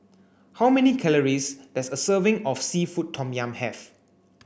how many calories does a serving of seafood tom yum have